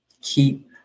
Keep